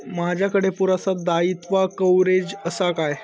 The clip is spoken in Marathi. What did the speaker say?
माजाकडे पुरासा दाईत्वा कव्हारेज असा काय?